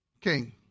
King